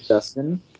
Justin